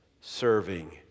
serving